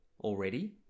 already